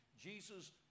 Jesus